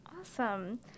Awesome